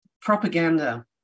propaganda